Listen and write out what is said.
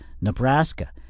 Nebraska